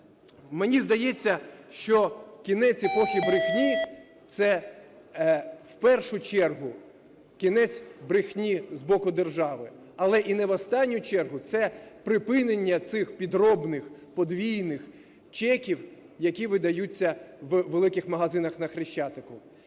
Мені здається, що кінець епохи брехні, це вперше чергу кінець брехні з боку держави, але й не в останню чергу це припинення цих підробних подвійних чеків, які видаються у великих магазинах на Хрещатику.